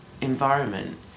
environment